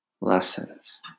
lessons